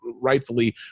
rightfully